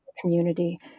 community